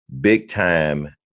big-time